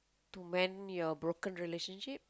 to man your broken relationship